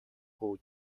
who